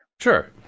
Sure